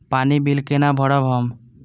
पानी बील केना भरब हम?